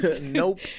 Nope